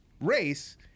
race